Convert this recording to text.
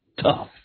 tough